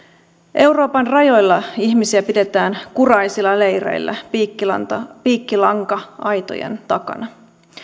euroopan rajoilla ihmisiä pidetään kuraisilla leireillä piikkilanka piikkilanka aitojen takana